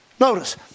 Notice